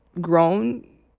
grown